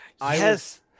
Yes